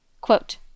Quote